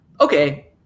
okay